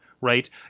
right